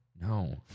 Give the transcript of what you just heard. no